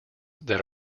that